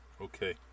okay